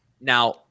Now